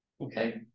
Okay